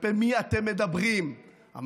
כלפי מי אתם מדברים שהמצב